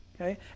okay